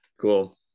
cool